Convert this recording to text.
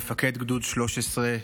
מפקד גדוד 13,